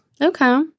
Okay